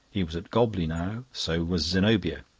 he was at gobley now, so was zenobia.